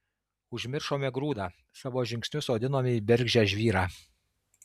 užmiršome grūdą savo žingsnius sodinome į bergždžią žvyrą